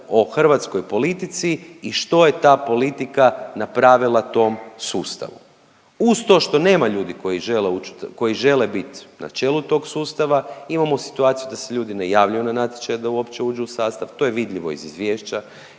o hrvatskoj politici i što je ta politika napravila tom sustavu. Uz to što nema ljudi koji žele bit na čelu tog sustava imamo situaciju da se ljudi ne javljaju na natječaj da uopće uđu u sastav, to je vidljivo iz izvješća.